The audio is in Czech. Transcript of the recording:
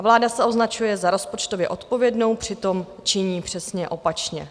Vláda se označuje za rozpočtově odpovědnou, přitom činí přesně opačně.